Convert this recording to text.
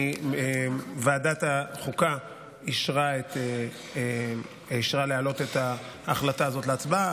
ועדת החוקה אישרה להעלות את ההחלטה הזאת להצבעה.